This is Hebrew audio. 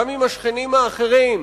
גם עם השכנים האחרים,